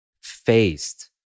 faced